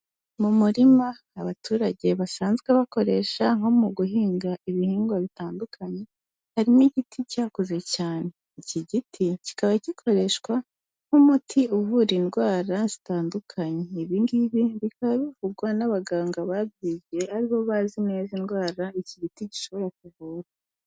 Mu murima abaturage basanzwe bakoresha nko mu guhinga ibihingwa bitandukanye harimo igiti cyakuze cyane. Iki giti kikaba gikoreshwa nk'umuti uvura indwara zitandukanye. Ibi ngibi bikaba bivugwa n'abaganga babyigiye aribo bazi neza indwara iki giti gishobora kuvura.